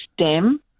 stem